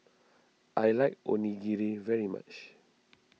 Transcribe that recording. I like Onigiri very much